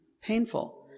painful